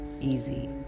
easy